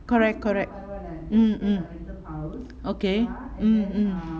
correct correct mm mm okay mm mm